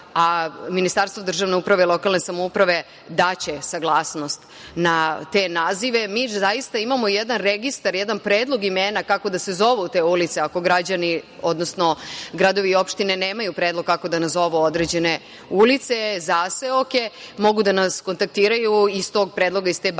a Ministarstvo državne uprave i lokalne samouprave daće saglasnost na te nazive. Mi zaista imamo jedan registar, jedan predlog imena kako da se zovu te ulice ako građani, odnosno gradovi i opštine nemaju predlog kako da nazovu određene ulice, zaseoke. Mogu da nas kontaktiraju i iz tog predloga, iz te baze